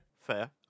Fair